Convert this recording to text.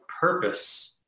purpose